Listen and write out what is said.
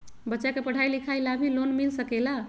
बच्चा के पढ़ाई लिखाई ला भी लोन मिल सकेला?